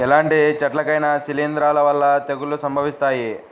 ఎలాంటి చెట్లకైనా శిలీంధ్రాల వల్ల తెగుళ్ళు సంభవిస్తాయి